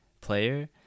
player